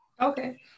Okay